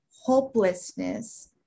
hopelessness